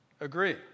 agree